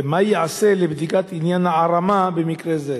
3. ומה ייעשה לבדיקת עניין ההערמה במקרה זה?